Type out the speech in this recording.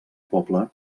poble